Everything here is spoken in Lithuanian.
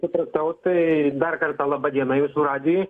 supratau tai dar kartą laba diena jūsų radijui